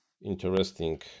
interesting